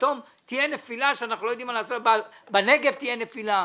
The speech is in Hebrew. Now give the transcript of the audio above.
פתאום בנגב תהיה נפילה,